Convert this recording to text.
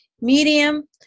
medium